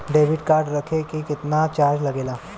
Debit card रखे के केतना चार्ज लगेला?